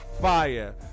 fire